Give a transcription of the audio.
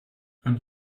und